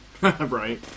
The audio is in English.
Right